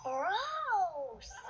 Gross